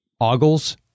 ogles